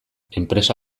enpresa